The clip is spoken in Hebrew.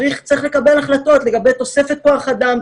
צריך לקבל החלטות לגבי תוספת כוח אדם,